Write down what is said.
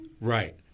right